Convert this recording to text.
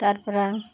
তারপর